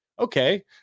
Okay